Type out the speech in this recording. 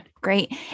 Great